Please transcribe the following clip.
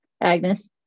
Agnes